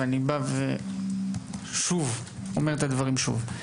ואני אומר את הדברים שוב.